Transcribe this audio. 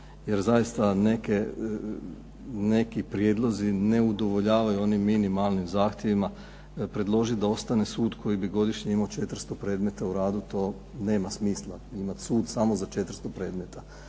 Jer zaista neki prijedlozi ne udovoljavaju onim minimalnim zahtjevima predložiti da ostane sud koji bi godišnje imao 400 predmeta u radu, to nema smisla imati sud samo za 400 predmeta.